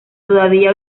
todavía